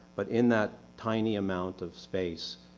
but in that tiny amount of space,